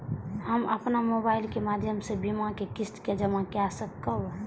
हम अपन मोबाइल के माध्यम से बीमा के किस्त के जमा कै सकब?